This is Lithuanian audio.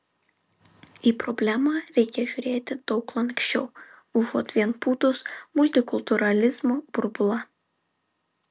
į problemą reikia žiūrėti daug lanksčiau užuot vien pūtus multikultūralizmo burbulą